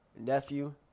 Nephew